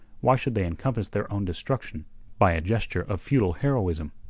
why should they encompass their own destruction by a gesture of futile heroism?